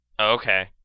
Okay